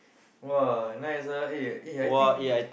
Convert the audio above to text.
!wah! nice ah eh eh I think